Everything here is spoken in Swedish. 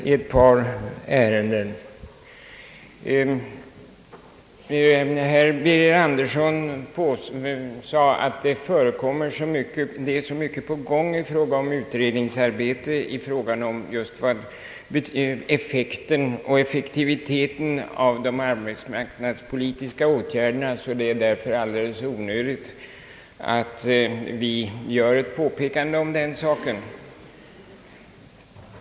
Herr Birger Andersson sade att det är så mycket utredningsarbete på gång i fråga om effekten och effektiviteten av de arbetsmarknadspolitiska åtgärderna att det därför är alldeles onödigt att vi gör ett påpekande om den saken.